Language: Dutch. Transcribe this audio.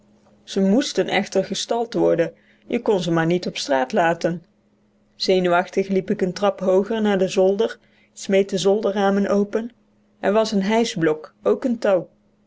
ze moesten echter gestald worden je kon ze maar niet op straat laten zenuwachtig liep ik een trap hooger naar den zolder smeet de zolderramen open er was een hijschblok k een touw